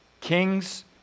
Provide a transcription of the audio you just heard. kings